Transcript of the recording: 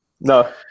no